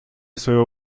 своего